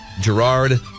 Gerard